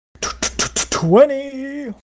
Twenty